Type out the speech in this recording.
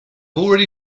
already